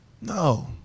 No